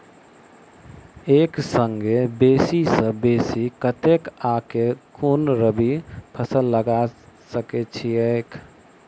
एक संगे बेसी सऽ बेसी कतेक आ केँ कुन रबी फसल लगा सकै छियैक?